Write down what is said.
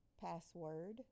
Password